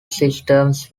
systems